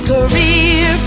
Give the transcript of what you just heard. Career